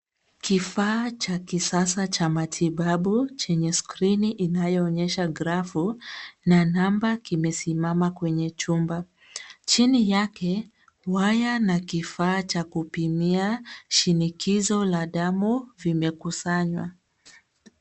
Kifaa cha kisasa cha matibabu, chenye skrini inayoonyesha grafu na namba kimesimama kwenye chumba. Chini yake, waya na kifaa cha kupimia shinikizo la damu vimekusanywa.